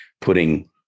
putting